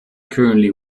currently